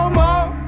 more